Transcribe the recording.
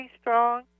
strong